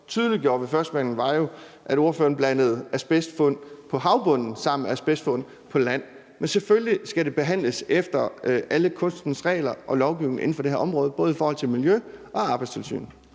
tydeliggjorde ved førstebehandlingen, er jo asbestfund på havbunden og asbestfund på land. Selvfølgelig skal det behandles efter alle kunstens regler og efter lovgivningen inden for det her område, både i forhold til miljø og Arbejdstilsynet.